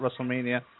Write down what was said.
WrestleMania